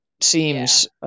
seems